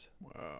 wow